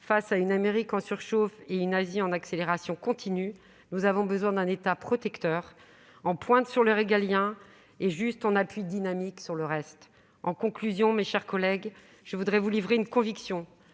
face à une Amérique en surchauffe et une Asie en accélération continue, nous avons besoin d'un État protecteur, en pointe sur le régalien, juste en appui dynamique sur le reste. En conclusion, mes chers collègues, permettez-moi de vous faire part d'une conviction